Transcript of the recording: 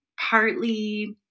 partly